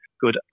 good